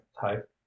type